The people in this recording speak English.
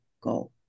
go